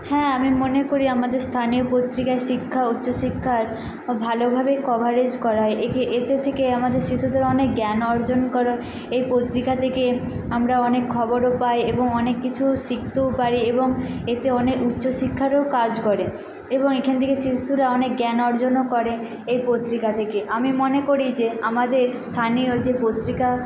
হ্যাঁ আমি মনে করি আমাদের স্থানীয় পত্রিকায় শিক্ষা উচ্চ শিক্ষার ভালোভাবে কভারেজ করা হয় একে এতে থেকে আমাদের শিশুদের অনেক জ্ঞান অর্জন করা এই পত্রিকা থেকে আমরা অনেক খবরও পাই এবং অনেক কিছু শিখতেও পারি এবং এতে অনেক উচ্চ শিক্ষারও কাজ করে এবং এখান থেকে শিশুরা অনেক জ্ঞান অর্জনও করে এই পত্রিকা থেকে আমি মনে করি যে আমাদের স্থানীয় যে পত্রিকা